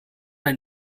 ein